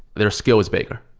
their scale is bigger.